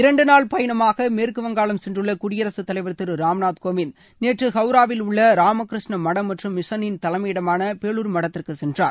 இரண்டு நாள் பயணமாக மேற்குவங்காளம் சென்றுள்ள குடியரகத்தலைவர் திரு ராம்நாத் கோவிந்த் நேற்று ஹவராவில் உள்ள ராமகிருஷ்ணா மடம் மற்றும் மிஷனின் தலைமையிடமான பேலூர் மடத்திற்கு சென்றார்